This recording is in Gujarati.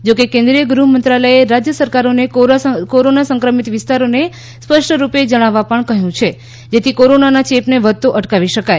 જો કે કેન્દ્રિય ગૃહમંત્રાલયે રાજય સરકારોને કોરોના સંક્રમિત વિસ્તારોને સ્પષ્ટરૂપે જણાવવા પણ કહ્યું છે જેથી કોરોનાના ચેપને વધતો અટકાવી શકાય